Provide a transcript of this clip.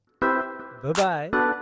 Bye-bye